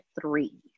three